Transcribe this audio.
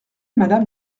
madame